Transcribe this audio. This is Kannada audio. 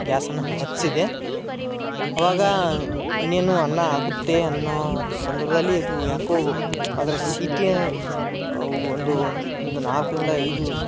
ಗ್ಯಾಸನ್ನು ಹಚ್ಚಿದೆ ಆವಾಗ ಇನ್ನೇನು ಅನ್ನ ಆಗುತ್ತೆ ಅನ್ನುವ ಸಂದರ್ಭ್ದಲ್ಲಿ ಇದು ಯಾಕೋ ಅದರ ಸೀಟಿ ಒಂದು ಒಂದು ನಾಲ್ಕರಿಂದ ಐದು ಸ್